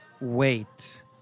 wait